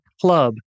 club